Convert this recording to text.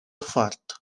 fort